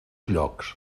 llocs